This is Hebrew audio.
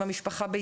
המשפחה,